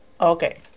Okay